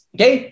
Okay